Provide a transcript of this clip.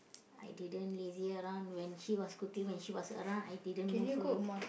I didn't lazy around when she was cooking when she was around I didn't move her